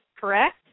correct